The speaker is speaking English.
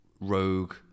rogue